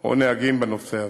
או נהגים בנושא הזה.